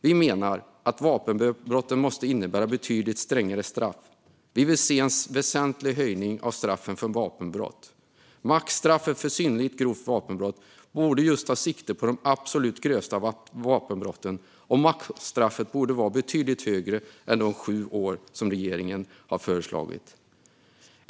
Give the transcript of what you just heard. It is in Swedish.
Vi menar att vapenbrotten måste innebära betydligt strängare straff. Vi vill se en väsentlig höjning av straffen för vapenbrott. Maxstraffet för synnerligen grovt vapenbrott borde just ta sikte på de absolut grövsta vapenbrotten, och maxstraffet borde vara betydligt högre än de sju år som regeringen har föreslagit.